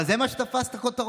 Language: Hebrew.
אבל זה מה שתפס את הכותרות.